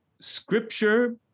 Scripture